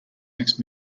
next